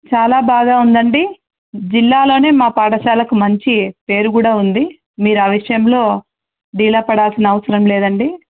చాలా బాగా ఉందండి జిల్లాలోనే మా పాఠశాలకు మంచి పేరు కూడా ఉంది మీరు ఆ విషయంలో డీలపడాల్సిన అవసరం లేదండి